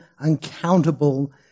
uncountable